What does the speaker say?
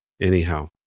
anyhow